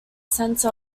sense